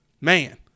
Man